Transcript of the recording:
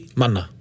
mana